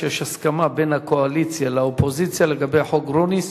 שיש הסכמה בין הקואליציה לאופוזיציה לגבי חוק גרוניס.